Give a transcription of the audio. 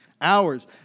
Hours